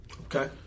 Okay